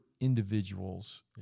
Individuals